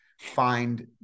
find